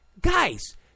guys